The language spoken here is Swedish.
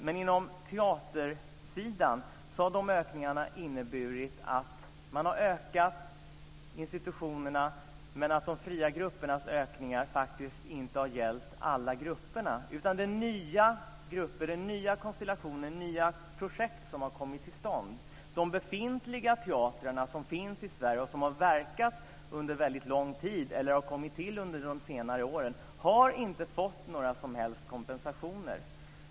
Men inom teaterområdet har dessa ökningar inneburit att det har skett ökningar för institutionerna men att de fria gruppernas ökningar faktiskt inte har gällt alla grupper. Det är nya grupper, nya konstellationer och nya projekt har kommit till stånd. De befintliga teatrarna som finns i Sverige och som har verkat under väldigt lång tid eller som har kommit till under senare år har inte fått någon som helst kompensation.